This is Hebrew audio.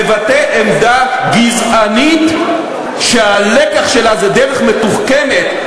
מבטא עמדה גזענית שהלקח שלה זה דרך מתוחכמת,